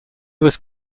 was